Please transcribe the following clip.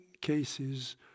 cases